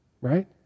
Right